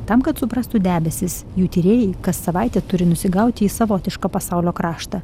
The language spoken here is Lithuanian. tam kad suprastų debesys jų tyrėjai kas savaitę turi nusigauti į savotišką pasaulio kraštą